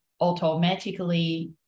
automatically